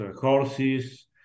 horses